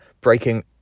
breaking